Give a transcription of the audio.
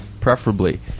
preferably